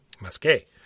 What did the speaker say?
Masqué